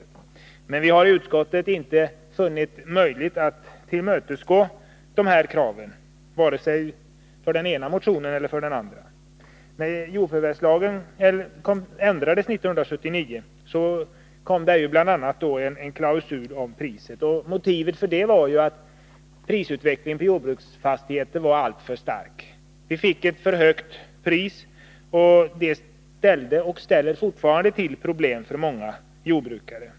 Inom utskottet har vi dock inte ansett det vara möjligt att tillmötesgå vare sig det ena motionskravet eller det andra. När jordförvärvslagen ändrades 1979 infördes en prisklausul. Motivet härför var att prisutvecklingen på jordbruksfastigheter var alltför stark. Priserna blev för höga, vilket ställde och fortfarande ställer till problem för många jordbrukare.